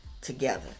together